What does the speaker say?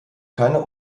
keine